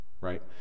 right